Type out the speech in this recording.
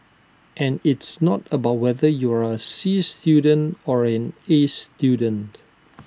and it's not about whether you are A C student or an A student